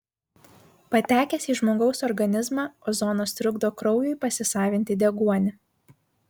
patekęs į žmogaus organizmą ozonas trukdo kraujui pasisavinti deguonį